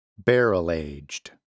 Barrel-Aged